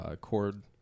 cord